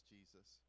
Jesus